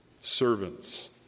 servants